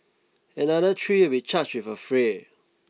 another three will be charged with affray